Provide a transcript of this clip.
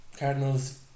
Cardinals